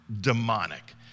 demonic